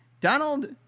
Donald